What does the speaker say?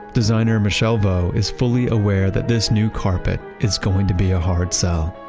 designer michelle vo is fully aware that this new carpet is going to be a hard sell,